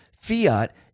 fiat